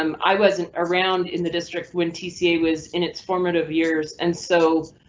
um i wasn't around in the district. twenty ca was in its formative years, and so,